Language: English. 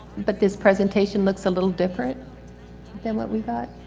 but this presentation looks a little different than what we thought.